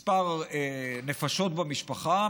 מספר הנפשות במשפחה,